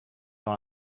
sur